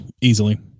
easily